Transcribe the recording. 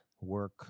work